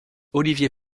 olivier